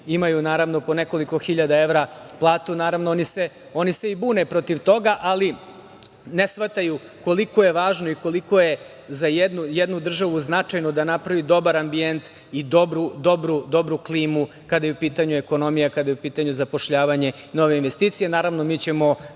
imaju naravno po nekoliko hiljada evra platu, naravno oni se i bune protiv toga, ali ne shvataju koliko je važno i koliko je za jednu državu značajno da napravi dobar ambijent i dobru klimu kada je u pitanju ekonomija, kada je u pitanju zapošljavanje i nove investicije. Mi